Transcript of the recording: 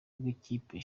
bw’ikipe